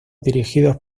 dirigidos